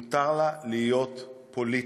מותר לה להיות פוליטית.